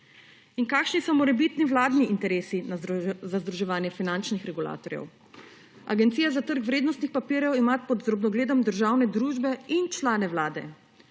In kakšni so morebitni vladni interesi za združevanje finančnih regulatorjev? Agencija za trg vrednostnih papirjev ima pod drobnogledom državne družbe in člane Vlade.